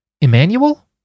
Emmanuel